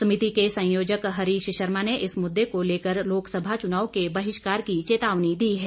समिति के संयोजक हरीश शर्मा ने इस मुद्दे को लेकर लोकसभा चुनाव के बहिष्कार की चेतावनी दी है